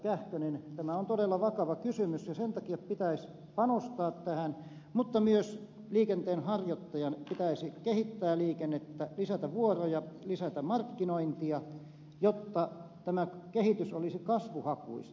kähkönen tämä on todella vakava kysymys ja sen takia pitäisi panostaa tähän mutta myös liikenteenharjoittajan pitäisi kehittää liikennettä lisätä vuoroja lisätä markkinointia jotta tämä kehitys olisi kasvuhakuista